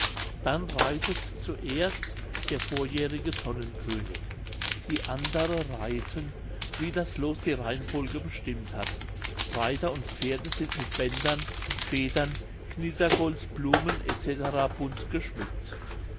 dann reitet zuerst der vorjährige tonnenkönig die andere reiten wie das loos die reihenfolge bestimmt hat reiter und pferde sind mit bändern federn knittergold blumen etc bunt geschmückt